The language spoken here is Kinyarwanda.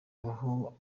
abahungu